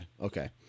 Okay